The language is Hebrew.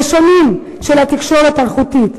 שונים, של התקשורת האלחוטית.